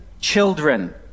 children